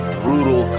brutal